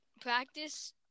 practice